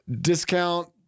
discount